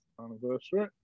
anniversary